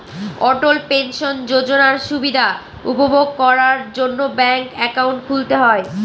অটল pension যোজনার সুবিধা উপভোগ করার জন্য ব্যাঙ্ক একাউন্ট খুলতে হয়